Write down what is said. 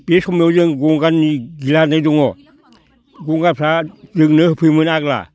बे समाव जों गंगारनि गिलादै दङ गंगारफ्रा जोंनो होफैयोमोन आग्ला